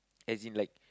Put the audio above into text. as in like